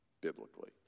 biblically